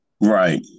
Right